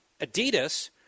Adidas